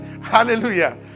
Hallelujah